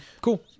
cool